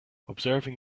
observing